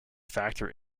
factor